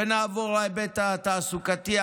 ונעבור להיבט התעסוקתי.